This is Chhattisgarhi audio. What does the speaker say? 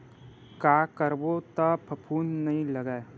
का करबो त फफूंद नहीं लगय?